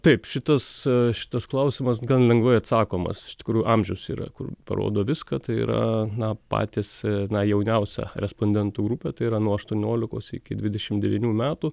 taip šitas šitas klausimas gan lengvai atsakomas iš tikrųjų amžius yra kur parodo viską tai yra na patys na jauniausia respondentų grupė tai yra nuo aštuoniolikos iki dvidešimt devynių metų